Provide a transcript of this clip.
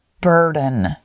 burden